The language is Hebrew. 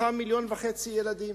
מתוכם מיליון וחצי ילדים.